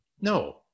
No